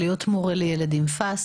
להיות מורה לילד עם פאסד,